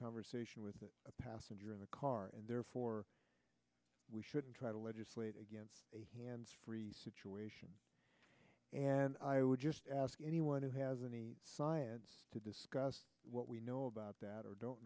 conversation with a passenger in the car and therefore we should try to legislate against a hands free situation and i would just ask anyone who has any science to discuss what we know about that or don't